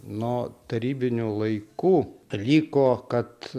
nuo tarybinių laikų liko kad